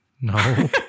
no